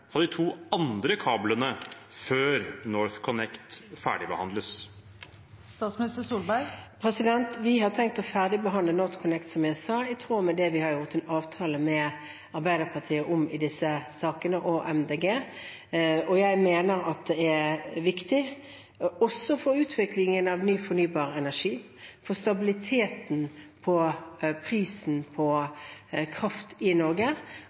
fra de to kablene før NorthConnect ferdigbehandles? Vi har tenkt å ferdigbehandle NorthConnect – som jeg sa – i tråd med det vi har gjort en avtale med Arbeiderpartiet og Miljøpartiet De Grønne om i disse sakene. Jeg mener at det er viktig også for utviklingen av ny fornybar energi og for stabiliteten i prisen på kraft i Norge